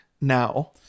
now